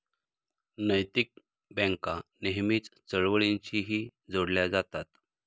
नैतिक बँका नेहमीच चळवळींशीही जोडल्या जातात